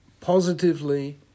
positively